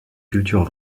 culture